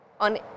on